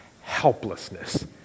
helplessness